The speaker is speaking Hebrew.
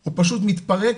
הוא פשוט מתפרק